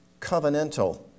covenantal